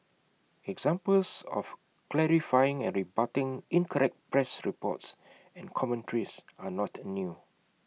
examples of clarifying and rebutting incorrect press reports and commentaries are not new